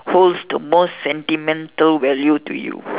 holds the most sentimental value to you